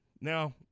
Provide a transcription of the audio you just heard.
now